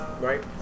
right